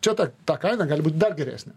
čia ta ta kaina gali būt dar geresnė